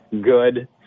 good –